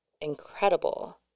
incredible